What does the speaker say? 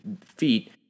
feet